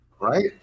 Right